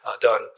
done